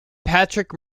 patrick